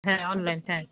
হ্যাঁ অনলাইন হ্যাঁ